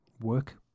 work